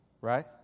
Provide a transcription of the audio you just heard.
right